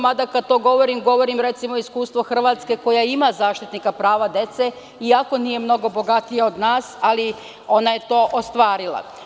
Mada kada to govorim, recimo iskustvo Hrvatske koja ima zaštitnika prava dece, iako nije mnogo bogatija od nas, ali ona je to ostvarila.